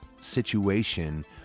situation